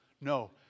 No